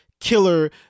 killer